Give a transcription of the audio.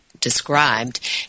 described